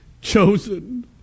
Chosen